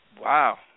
Wow